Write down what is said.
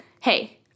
hey